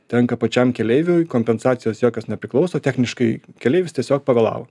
tenka pačiam keleiviui kompensacijos jokios nepriklauso techniškai keleivis tiesiog pavėlavo